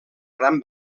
gran